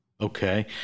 Okay